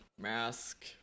mask